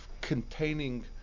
containing